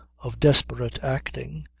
of desperate acting,